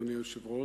אדוני היושב-ראש,